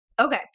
Okay